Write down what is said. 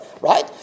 right